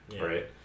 right